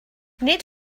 nid